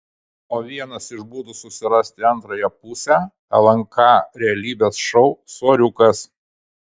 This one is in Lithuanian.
o vienas iš būdų susirasti antrąją pusę lnk realybės šou soriukas